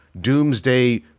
Doomsday